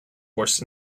course